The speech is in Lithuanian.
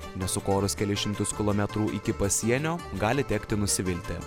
nes sukorus kelis šimtus kilometrų iki pasienio gali tekti nusivilti